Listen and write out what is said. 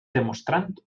demostrant